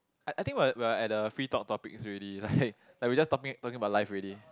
I I think we are we are at the free talk topics already like like we just talking talking about life already